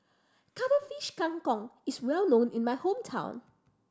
Cuttlefish Kang Kong is well known in my hometown